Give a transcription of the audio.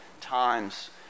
times